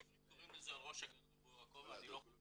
בעברית קוראים לזה על ראש הגנב בוער הכובע.